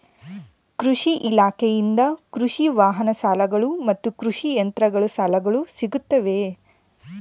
ಕೃಷಿ ಇಲಾಖೆಯಿಂದ ಕೃಷಿ ವಾಹನ ಸಾಲಗಳು ಮತ್ತು ಕೃಷಿ ಯಂತ್ರಗಳ ಸಾಲಗಳು ಸಿಗುತ್ತವೆಯೆ?